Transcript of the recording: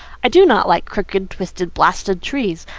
i do not like crooked, twisted, blasted trees.